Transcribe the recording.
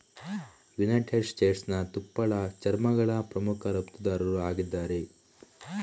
United States ತುಪ್ಪಳ ಚರ್ಮಗಳ ಪ್ರಮುಖ ರಫ್ತುದಾರರು ಆಗಿದ್ದಾರೆ